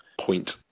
point